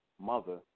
mother